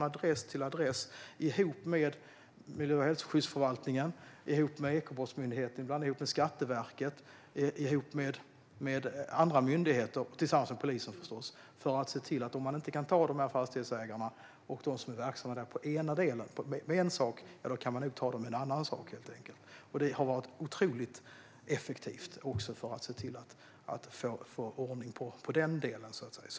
Miljöskyddsförvaltningen, Ekobrottsmyndigheten, Skatteverket och andra myndigheter går, tillsammans med polisen förstås, från adress till adress för att se till att ta dessa fastighetsägare och de personer som är verksamma där. Kan man inte ta dem för en sak kan man nog ta dem för en annan sak. Det har varit otroligt effektivt också för att se till att få ordning på den delen, så att säga.